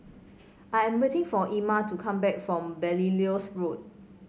I am waiting for Ima to come back from Belilios Road